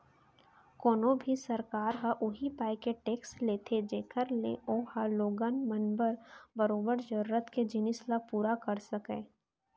कोनो भी सरकार ह उही पाय के टेक्स लेथे जेखर ले ओहा लोगन मन बर बरोबर जरुरत के जिनिस ल पुरा कर सकय